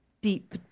deep